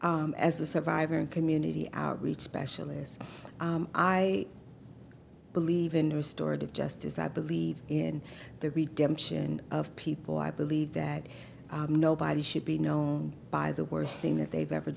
as a survivor and community outreach specialist i i believe in restored of justice i believe in the redemption of people i believe that nobody should be known by the worst thing that they've ever